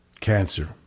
Cancer